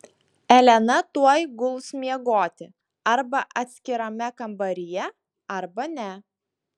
elena tuoj guls miegoti arba atskirame kambaryje arba ne